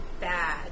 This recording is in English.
Bad